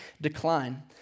decline